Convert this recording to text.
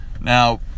Now